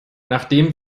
nachdem